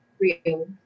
real